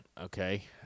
Okay